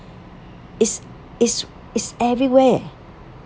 it's is is everywhere